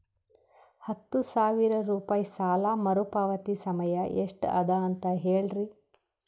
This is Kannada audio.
ಹತ್ತು ಸಾವಿರ ರೂಪಾಯಿ ಸಾಲ ಮರುಪಾವತಿ ಸಮಯ ಎಷ್ಟ ಅದ ಅಂತ ಹೇಳರಿ?